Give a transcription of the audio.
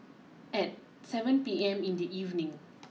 at seven P M in the evening